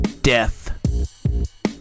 Death